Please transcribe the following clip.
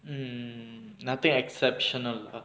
mm mm nothing exceptional lah